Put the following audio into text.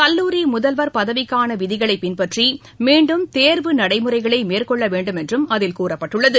கல்லூரி முதல்வர் பதவிக்கான விதிகளை பின்பற்றி மீண்டும் தேர்வு நடைமுறைகளை மேற்கொள்ள வேண்டும் என்றும் அதில் கூறப்பட்டுள்ளது